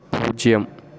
பூஜ்ஜியம்